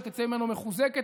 ותצא ממנו מחוזקת.